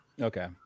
okay